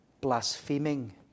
blaspheming